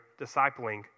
discipling